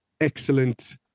excellent